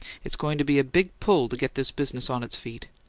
it's going to be a big pull to get this business on its feet.